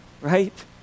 right